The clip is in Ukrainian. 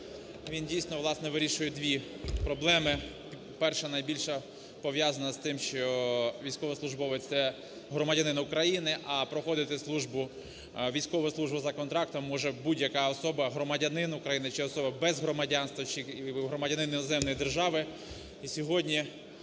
Він дійсно, власне, вирішує дві проблеми. Перша, найбільша, пов'язана з тим, що військовослужбовець – це громадянин України, а проходити службу, військову службу за контрактом може будь-яка особа6 громадянин України, чи особа без громадянства, чи громадянин іноземної держави.